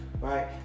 right